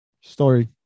story